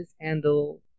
handle